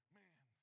man